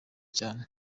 cyane